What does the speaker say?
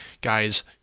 Guys